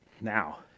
now